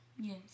Yes